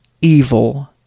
evil